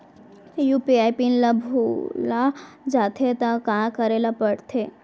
UPI PIN ल भुला जाथे त का करे ल पढ़थे?